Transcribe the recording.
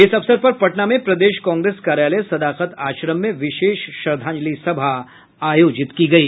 इस अवसर पर पटना में प्रदेश कांग्रेस कार्यालय सदाकत आश्रम में विशेष श्रद्धांजलि सभा आयोजित की गयी